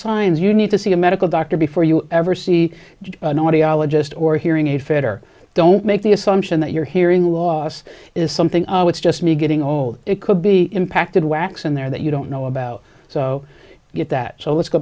signs you need to see a medical doctor before you ever see an audiologist or hearing a fitter don't make the assumption that your hearing loss is something that's just me getting old it could be impacted wax in there that you don't know about so you get that so let's go